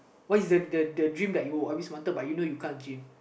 what is the the the dream you always wanted but you know you can't achieve